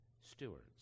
stewards